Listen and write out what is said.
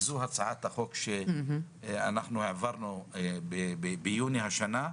זאת הצעת החוק שהעברנו ביוני השנה,